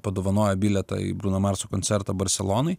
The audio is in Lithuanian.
padovanojo bilietą į bruno mars koncertą barselonoj